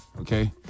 Okay